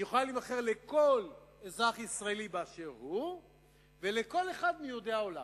זה יוכל להימכר לכל אזרח ישראלי באשר הוא ולכל אחד מיהודי העולם,